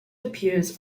appears